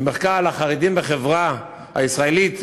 מחקר על החרדים בחברה הישראלית,